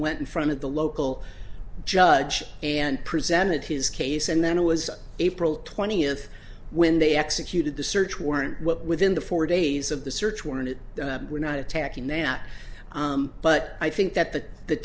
went in front of the local judge and presented his case and then it was april twentieth when they executed the search warrant what within the four days of the search warrant were not attacking that but i think that the the